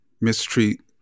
mistreat